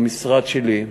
המשרד שלי,